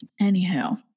anyhow